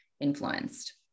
influenced